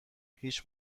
هیچ